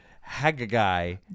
Haggai